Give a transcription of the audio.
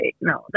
no